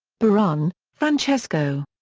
barone, francesco.